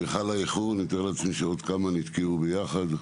סליחה על האיחור אני מתאר לעצמי שעוד כמה נתקעו ביחד,